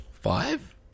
five